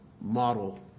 model